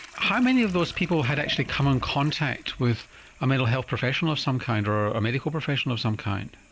how many of those people had actually come in contact with a mental health professional of some kind, or a medical professional of some kind?